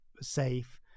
safe